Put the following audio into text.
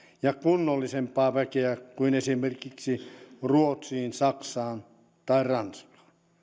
ja kunnollisempaa väkeä kuin esimerkiksi ruotsiin saksaan tai ranskaan